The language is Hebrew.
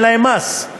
אין להם מס.